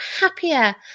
happier